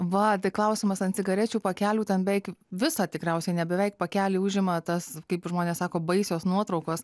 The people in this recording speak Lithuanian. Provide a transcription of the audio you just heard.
va tai klausimas ant cigarečių pakelių ten beik visą tikriausiai ne beveik pakelį užima tas kaip žmonės sako baisios nuotraukos